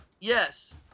Yes